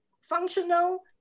functional